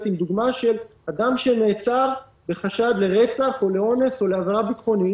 עם דוגמה של אדם שנעצר בחשד לרצח או לאונס או לעבירה ביטחונית